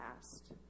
past